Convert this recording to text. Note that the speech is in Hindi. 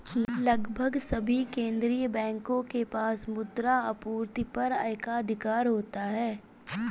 लगभग सभी केंदीय बैंकों के पास मुद्रा आपूर्ति पर एकाधिकार होता है